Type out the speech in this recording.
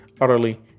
Utterly